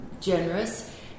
generous